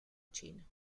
chino